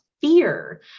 fear